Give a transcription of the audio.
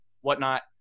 whatnot